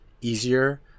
easier